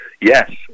yes